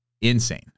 insane